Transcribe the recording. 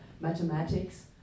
mathematics